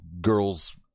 girls